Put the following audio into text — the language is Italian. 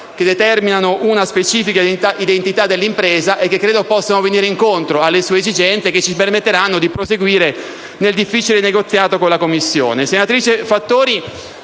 che determinano una specifica identità dell'impresa e che credo possano venire incontro alle sue esigenze permettendoci di proseguire nel difficile negoziato con la Commissione.